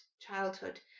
childhood